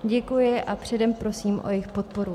Děkuji a předem prosím o jejich podporu.